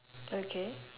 okay